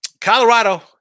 Colorado